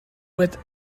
with